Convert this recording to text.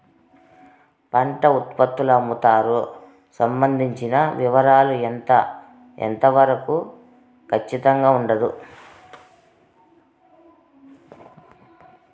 పంట ఉత్పత్తుల అమ్ముతారు సంబంధించిన వివరాలు ఎంత వరకు ఖచ్చితంగా ఉండదు?